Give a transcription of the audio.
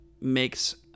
makes